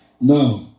Now